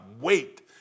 Wait